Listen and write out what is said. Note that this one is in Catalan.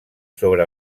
sobre